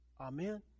Amen